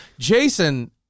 Jason